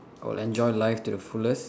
I will enjoy life to the fullest